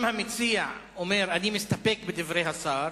אם המציע אומר: אני מסתפק בדברי השר,